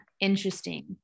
interesting